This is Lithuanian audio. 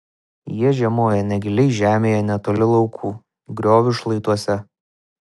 jie žiemoja negiliai žemėje netoli laukų griovių šlaituose